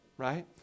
right